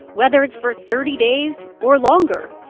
whether it's for thirty days or longer